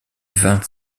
vingt